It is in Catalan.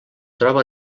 troba